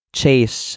chase